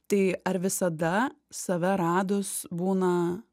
tai ar visada save radus būna